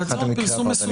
אבל צריך להיות פרסום מסודר,